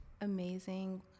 amazing